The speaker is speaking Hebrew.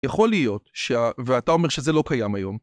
יכול להיות ש... ואתה אומר שזה לא קיים היום.